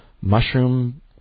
mushroom